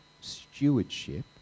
stewardship